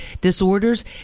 disorders